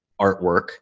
artwork